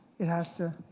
it has to,